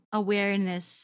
awareness